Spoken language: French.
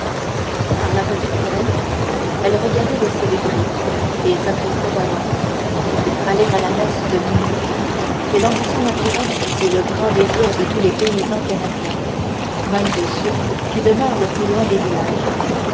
par la petite fenêtre elle regardait le ciel gris et s'attristait d'avance aller à la messe de minuit c'est l'ambition naturelle et le grand désir de tous les paysans canadiens même de ceux qui demeurent le plus loin des villages